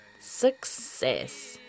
Success